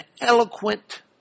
eloquent